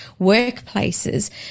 workplaces